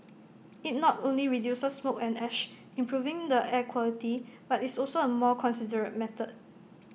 IT not only reduces smoke and ash improving the air quality but is also A more considerate method